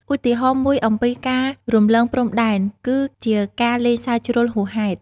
ឧទាហរណ៍មួយអំពីការរំលងព្រំដែនគឺជាការលេងសើចជ្រុលហួសហេតុ។